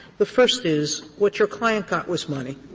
the first is, what your client got was money,